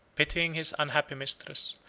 pitying his unhappy mistress,